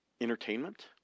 entertainment